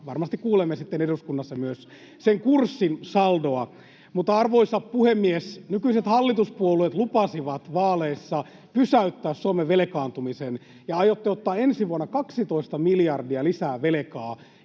varmasti kuulemme sitten eduskunnassa myös sen kurssin saldoa. Arvoisa puhemies! Nykyiset hallituspuolueet lupasivat vaaleissa pysäyttää Suomen velkaantumisen. Aiotte ottaa ensi vuonna 12 miljardia lisää velkaa,